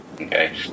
okay